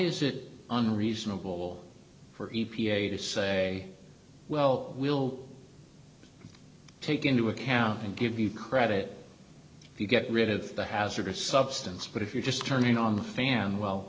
is it unreasonable for e p a to say well we'll take into account and give you credit if you get rid of the hazardous substance but if you're just turning on the fan well